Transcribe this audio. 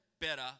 better